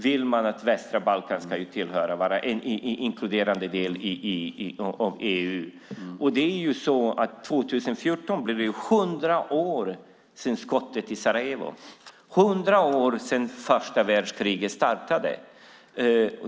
Man vill att västra Balkan då ska vara inkluderat i EU. År 2014 är det hundra år sedan skottet i Sarajevo, hundra år sedan första världskriget startade.